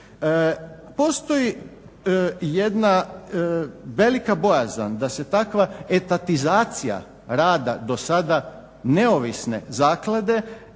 Postoji jedna velika bojazan da se takva etatizacija rada dosada neovisne zaklade